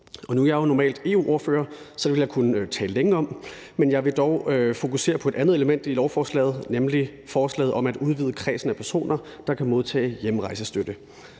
Nu er jeg normalt EU-ordfører, så det ville jeg kunne tale længe om, men jeg vil dog fokusere på et andet element i lovforslaget, nemlig forslaget om at udvide kredsen af personer, der kan modtage hjemrejsestøtte.